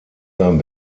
sein